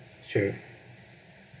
sure